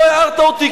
לא הערת אותי,